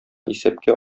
исәпкә